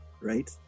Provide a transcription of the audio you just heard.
right